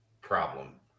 problem